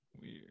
Weird